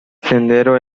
sendero